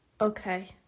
Okay